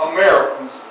Americans